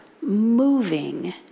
moving